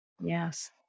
Yes